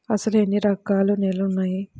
అసలు ఎన్ని రకాల నేలలు వున్నాయి?